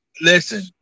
Listen